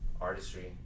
artistry